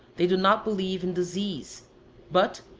they do not believe in disease but,